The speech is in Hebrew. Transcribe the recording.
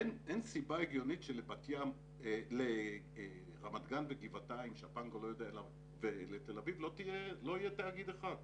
אין סיבה הגיונית שלרמת גן ולגבעתיים ולתל אביב לא יהיה תאגיד אחד,